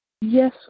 Yes